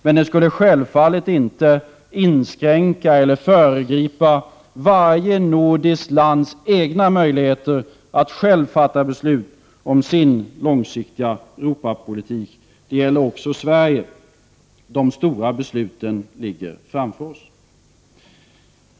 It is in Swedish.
Men den skulle självfallet inte inskränka de enskilda nordiska ländernas möjligheter att själva fatta beslut om sin långsiktiga Europapolitik eller föregripa sådana beslut. Det gäller också Sverige. De stora besluten ligger framför oss.